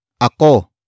ako